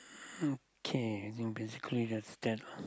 okay as in basically that's that lah